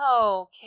Okay